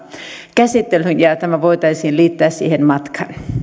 käsittelyyn ja tämä voitaisiin liittää siihen matkaan